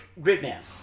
Gridman